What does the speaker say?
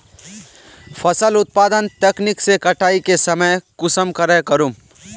फसल उत्पादन तकनीक के कटाई के समय कुंसम करे करूम?